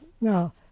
Now